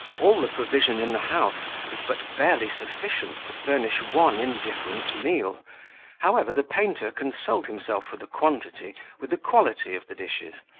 all the provision in the house was but barely sufficient to furnish one indifferent meal however, the painter consoled himself for the quantity with the quality of the dishes,